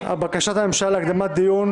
בקשת הממשלה להקדמת הדיון